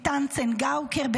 מתן צנגאוקר,